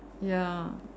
ya